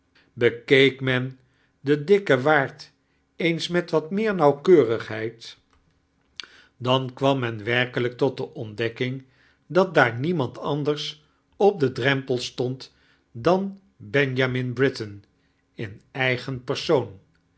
bekeek men den dikben waard eens met wat meer nauwkeurigheid dan kwam men werkelijk tot de ontdekfcing dat daair niemand anders op deia drempel stond dan benjamin britain in eigen persoon